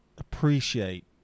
appreciate